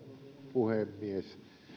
puhemies